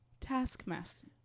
Taskmaster